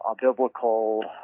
biblical